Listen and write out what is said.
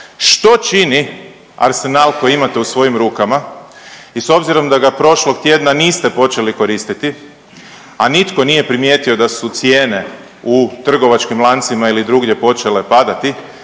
što čini arsenal koji imate u svojim rukama i s obzirom da ga prošlog tjedna niste počeli koristiti, a nitko nije primijetio da su cijene u trgovačkim lancima ili drugdje počele padati,